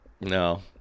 No